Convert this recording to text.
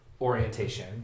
orientation